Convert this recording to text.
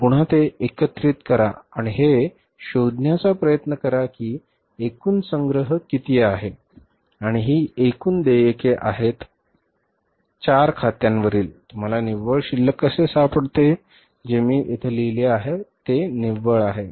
आता आपण पुन्हा ते एकत्रित करा आणि हे शोधण्याचा प्रयत्न करा की एकूण संग्रह किती आहे आणि ही एकूण देयके आहेत चार खात्यांवरील तुम्हाला निव्वळ शिल्लक कसे सापडते जे मी येथे लिहिले ते निव्वळ आहे